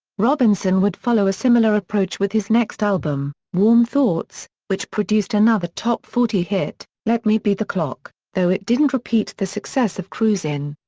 robinson would follow a similar approach with his next album, warm thoughts, which produced another top forty hit, let me be the clock, though it didn't repeat the success of cruisin'.